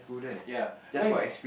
ya but if